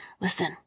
listen